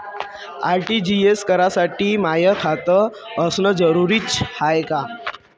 RTGS करासाठी माय खात असनं जरुरीच हाय का?